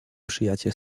przyjaciel